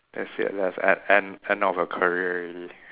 that's it that's e~ end end of your career already